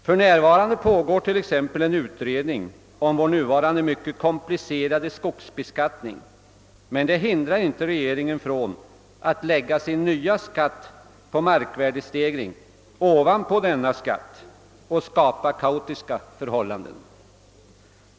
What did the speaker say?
För närvarande pågår t.ex. en utredning om vår nuvarande mycket komplicerade skogsbeskattning, men detta hindrar inte regeringen från att lägga sin nya skatt på markvärdestegringar ovanpå «denna skatt och därigenom skapa kaotiska förhållanden.